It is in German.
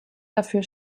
dafür